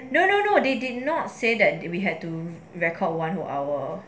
no no no they did not say that we had to record one whole hour